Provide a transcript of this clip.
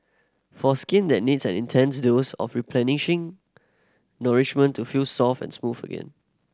for skin that needs an intense dose of replenishing nourishment to feel soft and smooth again